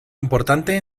importante